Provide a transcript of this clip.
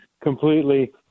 completely